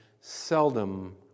seldom